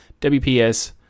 WPS